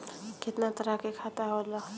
केतना तरह के खाता होला?